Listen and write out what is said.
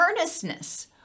earnestness